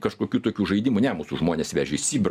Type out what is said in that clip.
kažkokių tokių žaidimų ne mūsų žmones vežė į sibirą